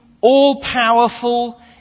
all-powerful